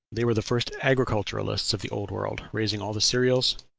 they were the first agriculturists of the old world, raising all the cereals,